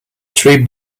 tree